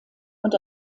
und